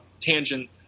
tangent